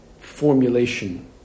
formulation